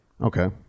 Okay